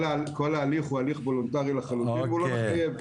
כל ההליך הוא הליך וולונטרי לחלוטין והוא לא מחייב.